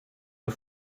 the